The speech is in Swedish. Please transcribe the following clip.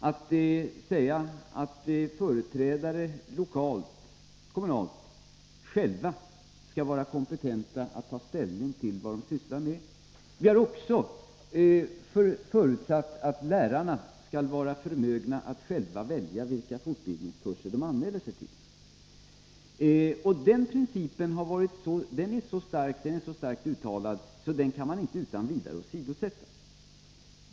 Vi har sagt att skolans företrädare lokalt — kommunalt — själva skall vara kompetenta att ta ställning till vad de sysslar med. Vi har också förutsatt att lärarna skall vara förmögna att själva välja vilka fortbildningskurser de anmäler sig till. Den principen är så starkt uttalad att man inte utan vidare kan åsidosätta den.